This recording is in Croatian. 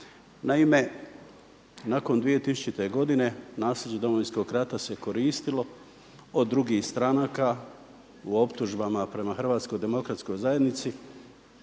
Naime, nakon 2000. godine nasljeđe Domovinskog rata se koristilo od drugih stranaka u optužbama prema HDZ-u za odlazak